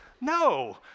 No